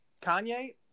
Kanye